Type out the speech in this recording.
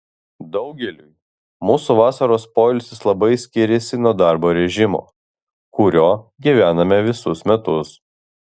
daugeliui mūsų vasaros poilsis labai skiriasi nuo darbo režimo kuriuo gyvename visus metus